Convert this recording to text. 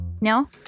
No